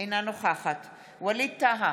אינה נוכחת ווליד טאהא,